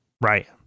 right